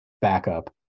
backup